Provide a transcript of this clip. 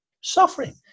suffering